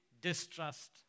distrust